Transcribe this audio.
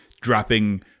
dropping